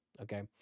okay